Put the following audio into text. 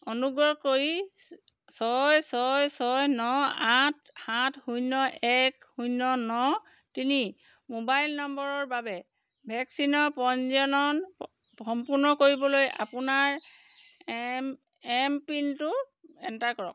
অনুগ্ৰহ কৰি ছয় ছয় ছয় ন আঠ সাত শূন্য এক শূন্য ন তিনি মোবাইল নম্বৰৰ বাবে ভেকচিনৰ পঞ্জীয়নন সম্পূৰ্ণ কৰিবলৈ আপোনাৰ এমপিন টো এণ্টাৰ কৰক